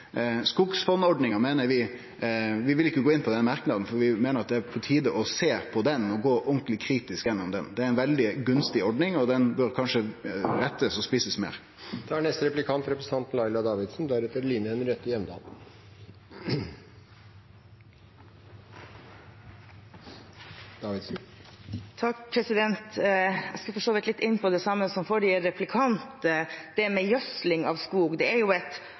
vil ikkje vi gå inn i den merknaden, for vi meiner at det er på tide å sjå på ho og gå ordentleg og kritisk gjennom ho. Det er ei veldig gunstig ordning, og ho bør kanskje rettast inn og spissast meir. Jeg skal for så vidt inn på litt av det samme som forrige replikant. Gjødsling av skog er et anerkjent virkemiddel for å øke veksten til trærne. Det gir gevinst for skognæringen, ved at skogen raskere blir hogstmoden, og det